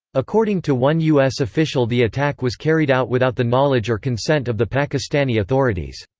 according to one us official the attack was carried out without the knowledge or consent of the pakistani authorities.